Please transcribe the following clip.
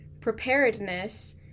preparedness